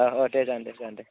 औ औ दे जागोन दे जागोन दे